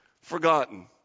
Forgotten